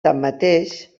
tanmateix